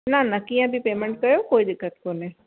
न न कीअं बि पेमेंट कयो कोई दिक़त कोने